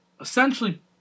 essentially